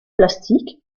plastiques